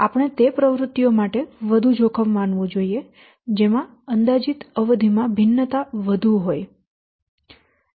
આપણે તે પ્રવૃત્તિઓ માટે વધુ જોખમ માનવું જોઈએ જેમાં અંદાજિત અવધિ માં ભિન્નતા વધુ હોય છે